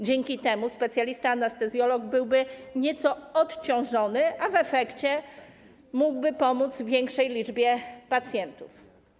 Dzięki temu specjalista anestezjolog byłby nieco odciążony, a w efekcie mógłby pomóc większej liczbie pacjentów.